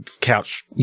couch